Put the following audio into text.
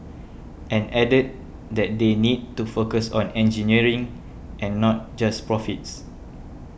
and added that they need to focus on engineering and not just profits